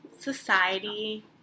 society